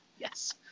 yes